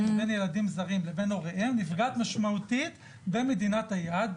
בין ילדים זרים לבין הוריהם נפגעת משמעותית במדינת היעד,